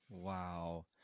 Wow